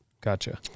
Gotcha